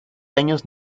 años